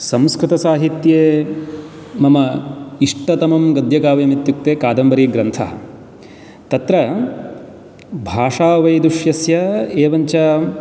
संस्कृतसाहित्ये मम इष्टतमं गद्यकाव्यम् इत्युक्ते कादम्बरीग्रन्थः तत्र भाषावैदुष्यस्य एवञ्च